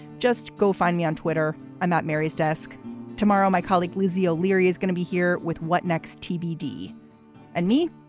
just go find me on twitter. i'm not mary's desk tomorrow. my colleague lizzie o'leary is gonna be here with what next? tbd and me.